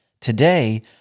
Today